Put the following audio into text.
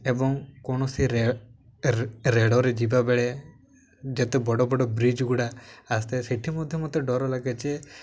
ଏବଂ କୌଣସି ରେଡ଼ରେ ଯିବାବେଳେ ଯେତେ ବଡ଼ ବଡ଼ ବ୍ରିଜ୍ ଗୁଡ଼ା ଆସିଥାଏ ସେଇଠି ମଧ୍ୟ ମତେ ଡର ଲାଗେ ଯେ